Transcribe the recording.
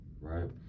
Right